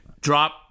drop